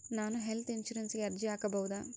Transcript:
ನಾನು ಹೆಲ್ತ್ ಇನ್ಶೂರೆನ್ಸಿಗೆ ಅರ್ಜಿ ಹಾಕಬಹುದಾ?